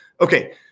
okay